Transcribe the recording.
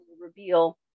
reveal